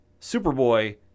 Superboy